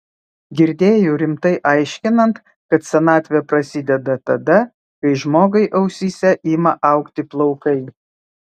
girdėjau rimtai aiškinant kad senatvė prasideda tada kai žmogui ausyse ima augti plaukai